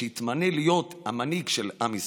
שהתמנה להיות המנהיג של עם ישראל.